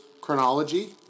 chronology